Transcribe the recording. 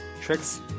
tricks